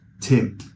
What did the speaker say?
Tim